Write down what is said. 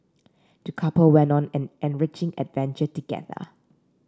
the couple went on an enriching adventure together